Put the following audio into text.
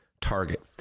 target